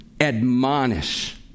admonish